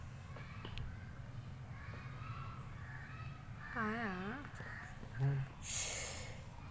నా account number online ల కొడ్తే తప్పు అని చూపిస్తాంది ఏం చేయాలి?